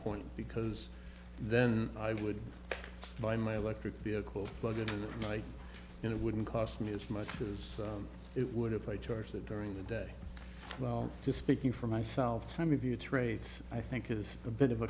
point because then i would buy my electric vehicles plug in the right and it wouldn't cost me as much as it would if i charged that during the day well just speaking for myself time of year traits i think is a bit of a